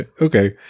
Okay